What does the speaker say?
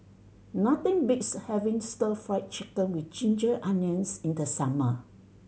nothing beats having Stir Fry Chicken with ginger onions in the summer